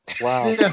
Wow